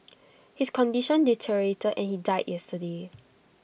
his condition deteriorated and he died yesterday